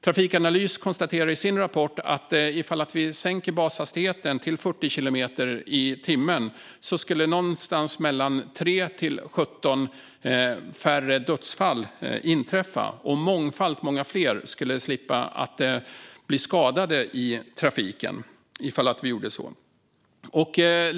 Trafikanalys konstaterar i sin rapport att om bashastigheten sänks till 40 kilometer i timmen skulle någonstans mellan 3 och 17 färre dödsfall inträffa och mångfalt fler slippa bli skadade i trafiken.